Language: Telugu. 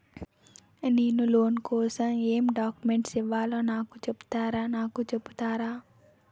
నేను లోన్ కోసం ఎం డాక్యుమెంట్స్ ఇవ్వాలో నాకు చెపుతారా నాకు చెపుతారా?